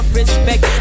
respect